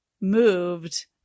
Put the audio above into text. moved